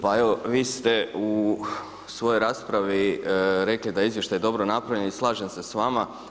Pa evo vi ste u svojoj raspravi rekli da je izvještaj dobro napravljen i slažem se s vama.